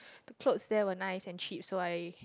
the clothes there were nice and cheap so I